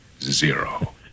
zero